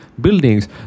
buildings